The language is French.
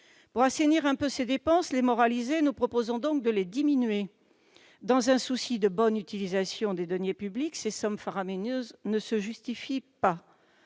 Pour assainir quelque peu ces dépenses, et les moraliser, nous proposons de les diminuer. Dans un souci de bonne utilisation des deniers publics, ces sommes faramineuses ne se justifient pas,